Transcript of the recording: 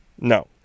no